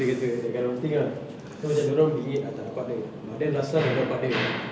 abeh dia kata that kind of thing ah so macam dorang bingit ah tak dapat dia but then last time dapat dia